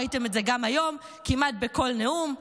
ראיתם את זה גם היום כמעט בכל נאום,